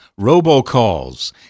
robocalls